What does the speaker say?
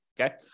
okay